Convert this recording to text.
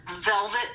velvet